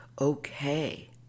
okay